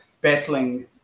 battling